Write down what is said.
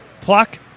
Pluck